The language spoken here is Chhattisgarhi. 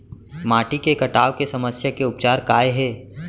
माटी के कटाव के समस्या के उपचार काय हे?